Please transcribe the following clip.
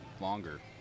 longer